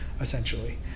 essentially